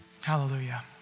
Hallelujah